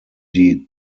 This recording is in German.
die